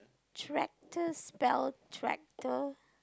tractor spell tractor